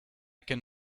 can